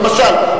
למשל,